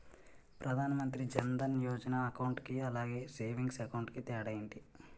Pradhan Mantri Jan Dhan Yojana account కి అలాగే savings account కి తేడా ఏంటి?